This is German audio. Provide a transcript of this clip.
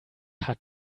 hat